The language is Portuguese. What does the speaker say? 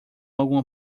alguma